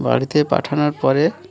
বাড়িতে পাঠানোর পরে